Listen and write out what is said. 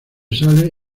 sales